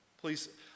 Please